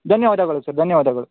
ಧನ್ಯವಾದಗಳು ಸರ್ ಧನ್ಯವಾದಗಳು